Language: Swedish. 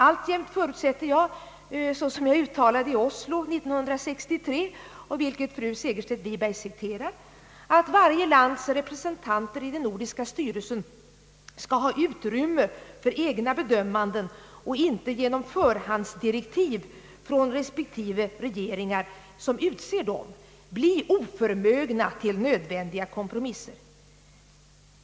Alltjämt förutsätter jag såsom jag uttalade i Oslo 1963 och vilket fru Segerstedt Wiberg citerar, att varje lands representanter i den nordiska styrelsen skall ha utrymme för egna bedömanden och inte genom förhandsdirektiv från respektive regeringar, som utser dem, bli oförmögna till nödvändiga kompromisser.